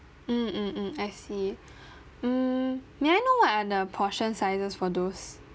mm mm mm I see mm may I know what are the portion sizes for those